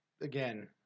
again